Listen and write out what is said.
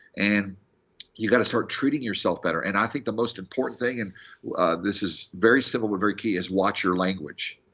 and you've got to start treating yourself better. and i think the most important thing, and this is very simple, but very key, is watch your language.